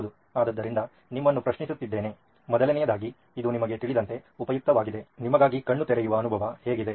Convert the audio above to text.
ಹೌದು ಅದ್ದರಿಂದ ನಿಮ್ಮನ್ನು ಪ್ರಶ್ನಿಸುತ್ತಿದ್ದೇನೆ ಮೊದಲನೆಯದಾಗಿ ಇದು ನಿಮಗೆ ತಿಳಿದಂತೆ ಉಪಯುಕ್ತವಾಗಿದೆ ನಿಮಗಾಗಿ ಕಣ್ಣು ತೆರೆಯುವ ಅನುಭವ ಹೇಗಿದೆ